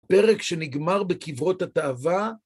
פרק שנגמר בקברות התאווה.